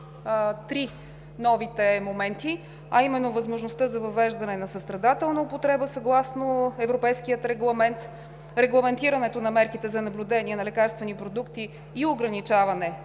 три нови момента: възможността за въвеждане на състрадателна употреба съгласно европейския регламент, регламентирането на мерките за наблюдение на лекарствени продукти и ограничаването на износа